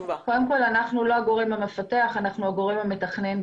לא הגורם המפתח, אנחנו הגורם המתכנן.